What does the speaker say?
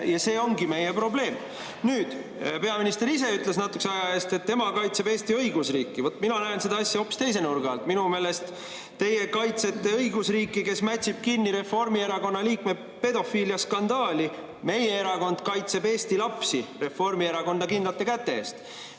Ja see ongi meie probleem. Nüüd, peaminister ise ütles natukese aja eest, et tema kaitseb Eesti õigusriiki. Mina näen seda asja hoopis teise nurga alt. Minu meelest teie kaitsete õigusriiki, kes mätsib kinni Reformierakonna liikme pedofiiliaskandaali. Meie erakond kaitseb Eesti lapsi Reformierakonna kindlate käte eest.